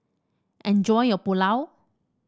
enjoy your Pulao